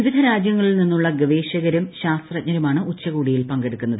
വിവിധ രാജ്യങ്ങളിൽ നിന്നുള്ള ഗവേഷകരും ശാസ്ത്രജ്ഞരുമാണ് ഉച്ചകോടിയിൽ പങ്കെടുക്കുന്നത്